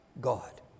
God